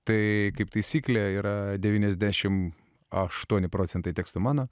tai kaip taisyklė yra devyniasdešim aštuoni procentai tekstų mano